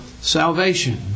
salvation